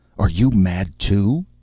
are you mad, too?